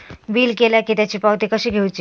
Bill केला की त्याची पावती कशी घेऊची?